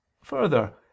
Further